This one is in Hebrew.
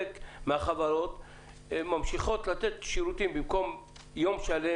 מהחברות ממשיכות לתת שירותים ובמקום יום שלם,